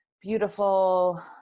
beautiful